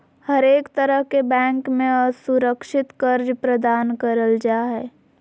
हरेक तरह के बैंक मे असुरक्षित कर्ज प्रदान करल जा हय